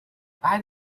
أعد